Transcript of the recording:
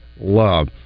love